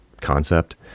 concept